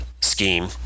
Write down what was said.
scheme